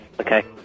okay